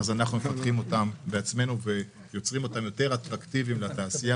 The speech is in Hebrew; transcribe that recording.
אנחנו מפתחים אותם בעצמנו ויוצרים אותם יותר אטרקטיביים לתעשייה.